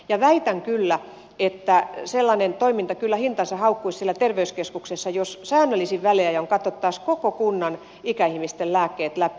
ja väitän kyllä että sellainen toiminta kyllä hintansa haukkuisi siellä terveyskeskuksessa jos säännöllisin väliajoin katsottaisiin koko kunnan ikäihmisten lääkkeet läpi